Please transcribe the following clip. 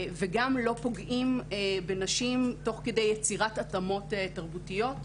וגם לא פוגעים בנשים תוך כדי יצירת התאמות תרבותיות.